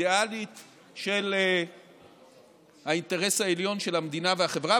אידיאלית של האינטרס העליון של המדינה והחברה,